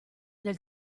del